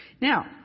Now